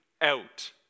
out